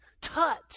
Touch